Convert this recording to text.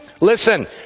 Listen